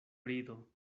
brido